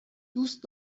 دوست